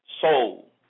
soul